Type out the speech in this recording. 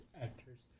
actors